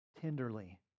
tenderly